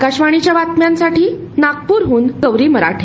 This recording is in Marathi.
आकाशवाणी बातम्यांसाठी नागपूरहून गौरी मराठे